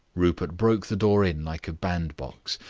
rupert broke the door in like a bandbox,